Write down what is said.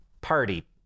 party